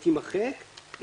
תימחק".